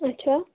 اَچھا